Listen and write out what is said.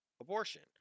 abortion